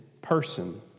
person